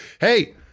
Hey